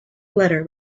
letter